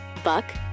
Buck